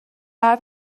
حرف